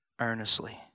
earnestly